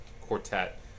quartet